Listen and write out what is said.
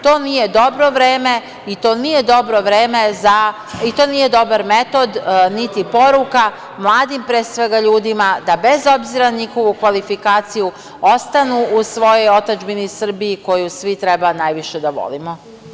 To nije dobro vreme i to nije dobar metod, niti poruka mladim, pre svega, ljudima da, bez obzira na njihovu kvalifikaciju, ostanu u svojoj otadžbini Srbiji koju svi treba najviše da volimo.